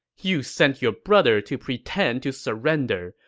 you sent your brother to pretend to surrender,